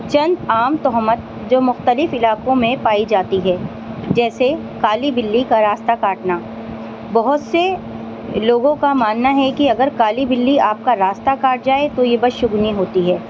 چند عام تہمت جو مختلف علاقوں میں پائی جاتی ہے جیسے کالی بلّی کا راستہ کاٹنا بہت سے لوگوں کا ماننا ہے کہ اگر کالی بلّی آپ کا راستہ کاٹ جائے تو یہ بد شگونی ہوتی ہے